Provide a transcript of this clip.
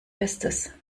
bestes